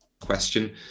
question